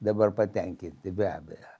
dabar patenkinti be abejo